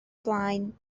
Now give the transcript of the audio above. blaen